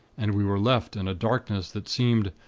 and we were left in a darkness that seemed,